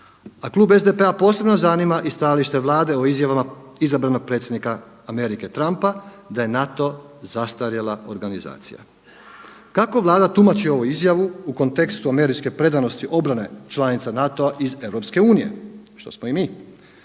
A klub SDP-a posebno zanima i stajalište Vlade o izjavama izabranog predsjednika Amerike Trumpa da je NATO zastarjela organizacija. Kako Vlada tumači ovu izjavu u kontekstu američke predanosti obrane članica NATO-a iz EU što smo i mi?